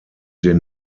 den